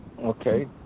Okay